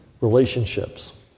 relationships